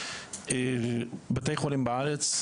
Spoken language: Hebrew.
בתי חולים בארץ,